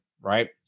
right